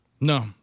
No